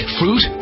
fruit